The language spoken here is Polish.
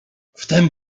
wtem